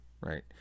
right